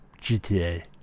GTA